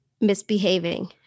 misbehaving